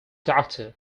doctor